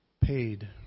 paid